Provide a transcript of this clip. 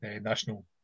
National